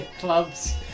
Clubs